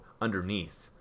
underneath